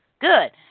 Good